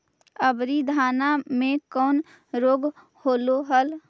अबरि धाना मे कौन रोग हलो हल?